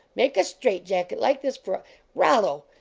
make a straight jacket like this for a rollo!